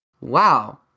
wow